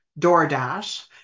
DoorDash